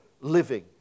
living